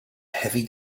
heavy